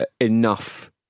enough